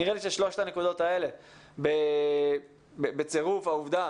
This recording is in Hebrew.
נראה לי ששלושת הנקודות האלה בצירוף העובדה